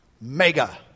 Mega